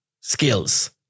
skills